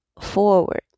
forward